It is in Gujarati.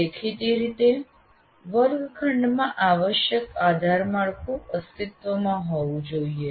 દેખીતી રીતે વર્ગખંડમાં આવાશ્યક આધાર માળખું અસ્તિત્વમાં હોવું જોઈએ